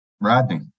Rodney